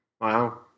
Wow